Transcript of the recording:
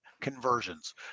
conversions